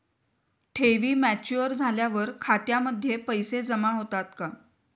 ठेवी मॅच्युअर झाल्यावर खात्यामध्ये पैसे जमा होतात का?